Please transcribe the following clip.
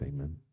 Amen